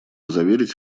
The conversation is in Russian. заверить